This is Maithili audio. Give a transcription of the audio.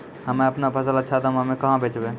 हम्मे आपनौ फसल अच्छा दामों मे कहाँ बेचबै?